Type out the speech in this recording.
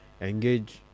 engage